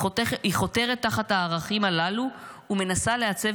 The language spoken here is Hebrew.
היא חותרת תחת הערכים הללו ומנסה לעצב